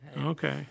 Okay